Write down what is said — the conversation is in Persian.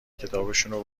کتابشونو